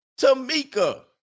Tamika